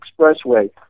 Expressway